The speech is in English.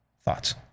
Thoughts